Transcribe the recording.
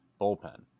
bullpen